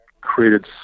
created